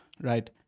Right